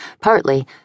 partly